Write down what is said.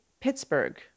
Pittsburgh